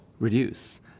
Reduce